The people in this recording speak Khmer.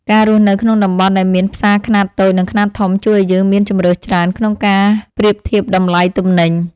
ការរស់នៅក្នុងតំបន់ដែលមានផ្សារខ្នាតតូចនិងខ្នាតធំជួយឱ្យយើងមានជម្រើសច្រើនក្នុងការប្រៀបធៀបតម្លៃទំនិញ។